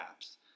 apps